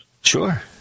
Sure